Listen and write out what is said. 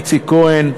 איציק כהן.